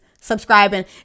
subscribing